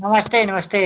नमस्ते नमस्ते